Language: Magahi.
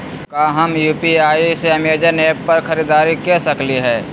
का हम यू.पी.आई से अमेजन ऐप पर खरीदारी के सकली हई?